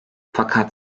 fakat